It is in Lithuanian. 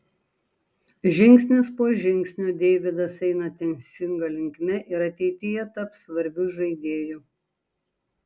žingsnis po žingsnio deividas eina teisinga linkme ir ateityje taps svarbiu žaidėju